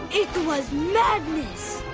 it was madness!